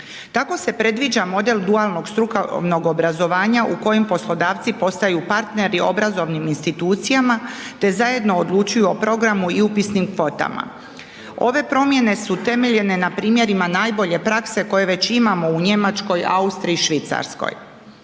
Tako se predviđa model dualnog strukovnog obrazovanja u kojem poslodavci postaju partneri obrazovnim institucijama te zajedno odlučuju o programu i upisnim kvotama. Ove promjene su temeljene na primjerima najbolje prakse koje već imamo u Njemačkoj, Austriji, Švicarskoj.